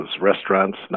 restaurants